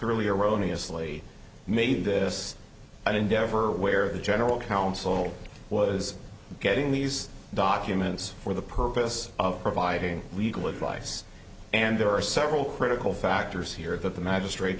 lee made this an endeavor where the general counsel was getting these documents for the purpose of providing legal advice and there are several critical factors here that the magistra